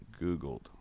googled